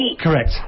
Correct